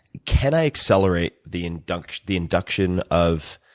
can i accelerate the induction the induction of